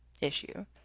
issue